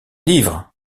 livres